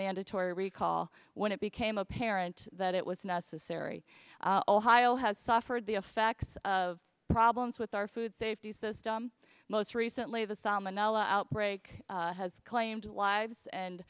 mandatory recall when it became apparent that it was necessary ohio has suffered the effects of problems with our food safety system most recently the salmonella outbreak has claimed lives and